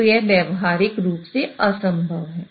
तो यह व्यावहारिक रूप से असंभव है